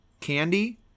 Candy